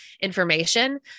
information